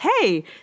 hey